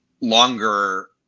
longer